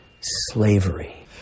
slavery